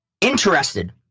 interested